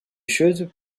choses